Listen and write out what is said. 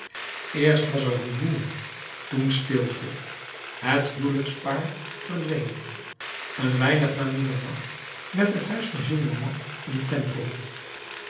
eerst was er rumoer toen stilte het huwelijkspaar verdween een weinig na middernacht werd het huis van gillenormand een tempel